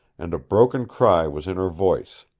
and a broken cry was in her voice.